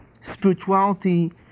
spirituality